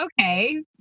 okay